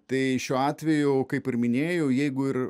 tai šiuo atveju kaip ir minėjau jeigu ir